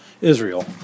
Israel